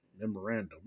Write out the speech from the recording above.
memorandum